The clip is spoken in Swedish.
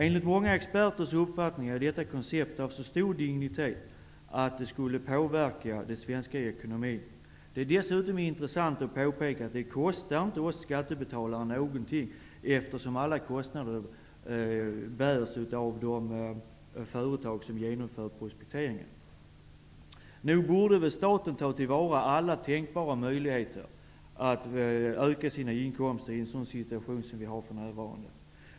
Enligt många experter är detta koncept av så stor dignitet att det skulle påverka den svenska ekonomin. Det är dessutom intressant att påpeka att det inte kostar oss skattebetalare något, eftersom alla kostnader bärs av de företag som genomför prospekteringen. Nog borde väl staten ta till vara alla tänkbara möjligheter att öka sina inkomster i den situation som vi har för närvarande.